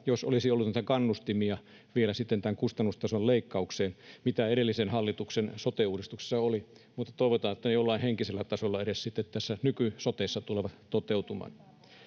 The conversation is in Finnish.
jos olisi ollut niitä kannustimia vielä tämän kustannustason leikkaukseen, mitä edellisen hallituksen sote-uudistuksessa oli, mutta toivotaan, että ne edes jollain henkisellä tasolla sitten tässä nyky-sotessa tulevat toteutumaan.